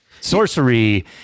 sorcery